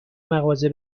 مغازه